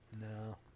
No